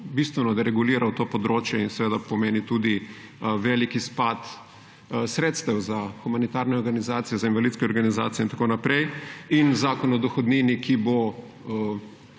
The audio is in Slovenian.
bistveno dereguliral to področje in pomeni tudi velik izpad sredstev za humanitarne organizacije, za invalidske organizacije in tako naprej, in zakon o dohodnini, ki bo